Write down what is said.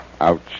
Ouch